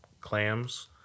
Clams